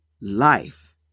life